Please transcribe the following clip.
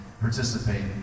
participate